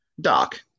Doc